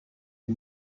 the